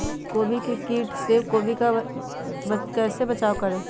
गोभी के किट से गोभी का कैसे बचाव करें?